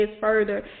further